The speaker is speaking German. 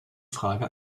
frage